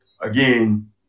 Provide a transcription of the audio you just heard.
again